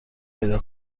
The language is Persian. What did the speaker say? پیدا